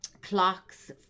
Clocks